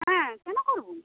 হ্যাঁ কেন করবো না